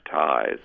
ties